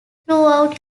throughout